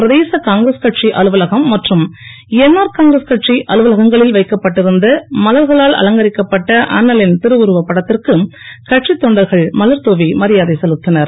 பிரதேச காங்கிரஸ் கட்சி அலுவலகம் மற்றும் என்ஆர் காங்கிரஸ் கட்சி அலுவலகளில் வைக்கப்பட்டிருந்த மலர்களால் அலங்கரிக்கப்பட்ட அண்ணலின் திருவுருவப் படத்திற்கு கட்சித் தொண்டர்கள் மலர் தூவி மரியாதை செலுத்தினர்